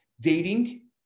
dating